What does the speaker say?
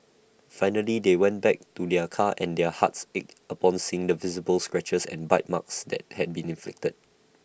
finally they went back to their car and their hearts ached upon seeing the visible scratches and bite marks that had been inflicted